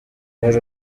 hari